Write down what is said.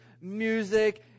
music